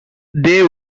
they